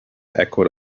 echoed